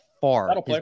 far